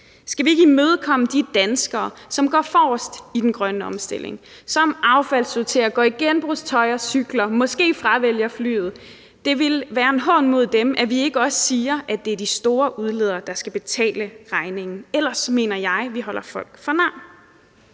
Skal vi ikke imødekomme de danskere, som går forrest i den grønne omstilling – som affaldssorterer, går i genbrugstøj, cykler og måske fravælger flyet? Det ville være en hån mod dem, hvis vi ikke også siger, at det er de store udledere, der skal betale regningen; ellers mener jeg, at vi holder folk for nar.